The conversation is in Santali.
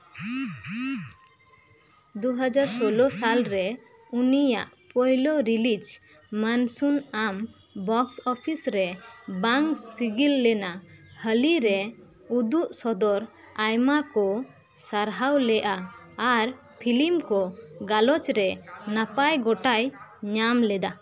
ᱫᱩᱦᱟᱡᱟᱨ ᱥᱳᱞᱚ ᱥᱟᱞᱨᱮ ᱩᱱᱤᱭᱟᱜ ᱯᱳᱭᱞᱳ ᱨᱤᱞᱤᱡᱽ ᱢᱟᱱᱥᱩᱱ ᱟᱢ ᱵᱚᱠᱥ ᱚᱯᱷᱤᱥ ᱨᱮ ᱵᱟᱝ ᱥᱤᱜᱤᱞ ᱞᱮᱱᱟ ᱦᱟᱹᱞᱤ ᱨᱮ ᱩᱫᱩᱜ ᱥᱚᱫᱚᱨ ᱟᱭᱢᱟ ᱠᱚ ᱥᱟᱨᱦᱟᱣ ᱞᱮᱫᱼᱟ ᱟᱨ ᱯᱷᱤᱞᱤᱢ ᱠᱚ ᱜᱟᱞᱚᱪ ᱨᱮ ᱱᱟᱯᱟᱭ ᱜᱚᱴᱟᱭ ᱧᱟᱢ ᱞᱮᱫᱟ